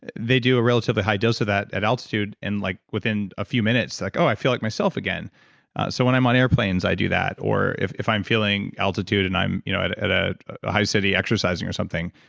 they do a relatively high dose of that at altitude and like within a few minutes, like oh i feel like myself again so when i'm on airplanes, i do that or if if i'm feeling altitude and i'm you know at at ah a high city exercising or something,